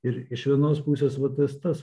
ir iš vienos pusės va tas tas